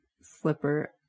slipper